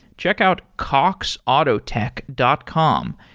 check out cox autotech dot com.